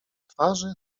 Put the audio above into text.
twarzy